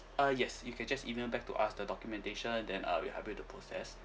uh yes you can just email back to us the documentation then uh we will help you to process